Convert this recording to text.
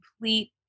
complete